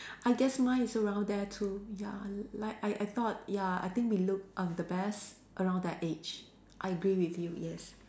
I guess mine is around there too ya like I I thought ya I think we look err the best around that age I agree with you yes